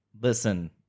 Listen